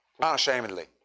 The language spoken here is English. unashamedly